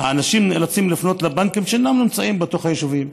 האנשים נאלצים לפנות לבנקים שאינם נמצאים בתוך היישובים,